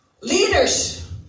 Leaders